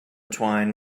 twine